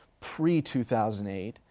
pre-2008